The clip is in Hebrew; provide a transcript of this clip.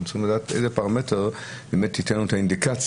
אנחנו צריכים לדעת איזה פרמטר באמת ייתן את האינדיקציה